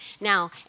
Now